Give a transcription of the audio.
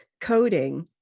coding